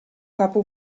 capo